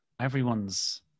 Everyone's